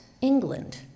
England